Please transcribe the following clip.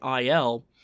IL